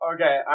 Okay